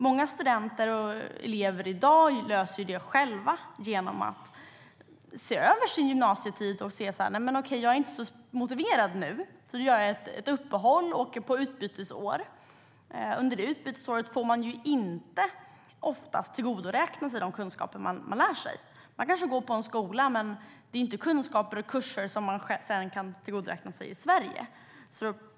Många studenter och elever löser det själva i dag genom att se över sin gymnasietid. De kanske känner att de inte är särskilt motiverade nu och tar ett uppehåll och åker på utbytesår. Det utbytesåret och de kunskaper de får under året får de oftast inte tillgodoräkna sig. De kanske går i skola, men den kunskap de får och de kurser de tar kan de inte tillgodoräkna sig i Sverige.